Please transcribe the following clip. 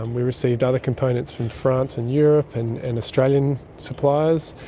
and we received other components from france and europe and and australian suppliers,